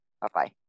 Bye-bye